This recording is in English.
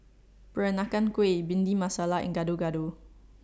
Peranakan Kueh Bhindi Masala and Gado Gado